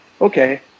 Okay